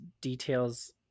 details